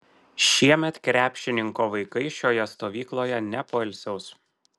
šiemet krepšininko vaikai šioje stovykloje nepoilsiaus